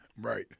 Right